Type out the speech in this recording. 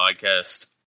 podcast